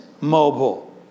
mobile